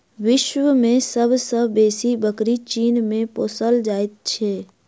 विश्व मे सब सॅ बेसी बकरी चीन मे पोसल जाइत छै